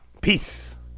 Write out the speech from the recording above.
Peace